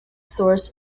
source